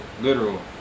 Literal